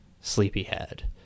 Sleepyhead